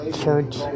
church